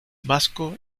vasco